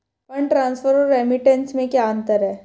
Fund transfer और remittance में क्या अंतर है?